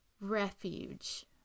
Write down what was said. refuge